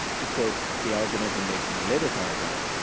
to quote the argument he makes in a later paragraph,